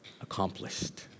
accomplished